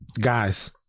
Guys